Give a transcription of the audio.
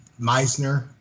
Meisner